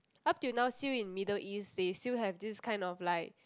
up till now still in Middle East they still have this kind of like